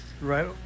right